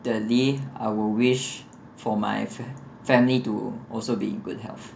thirdly I'll wish for my family to also be in good health